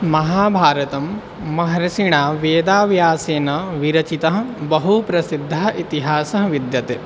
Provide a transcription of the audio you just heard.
महाभारतं महर्षिः वेदाव्यासेन विरचितः बहु प्रसिद्धः इतिहासः विद्यते